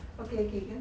okay okay